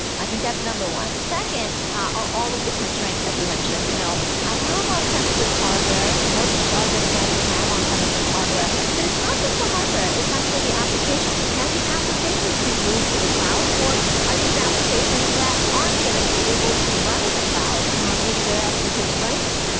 i think that's number one. second, are all of the constraints that you mentioned? you know i have on-premises hardware, or most large enterprises have on-premises hardware, but it's not just the hardware. it's actually the applications. can the applications be moved to the cloud or are these applications that aren't going to be able to run in the cloud maybe there are some constraints.